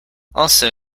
also